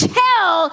tell